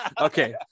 okay